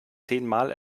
zehnmal